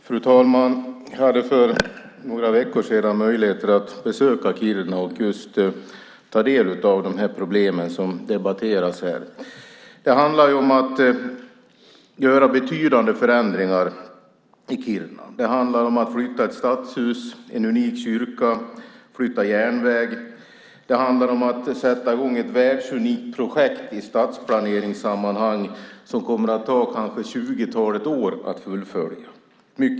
Fru talman! Jag hade för några veckor sedan möjlighet att besöka Kiruna och ta del av de problem som debatteras här. Det handlar om att göra betydande förändringar i Kiruna. Det handlar om att flytta ett stadshus, en unik kyrka och järnväg. Det handlar om att sätta i gång ett världsunikt projekt i stadsplaneringssammanhang som kanske kommer att ta tjugotalet år att fullfölja.